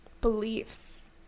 beliefs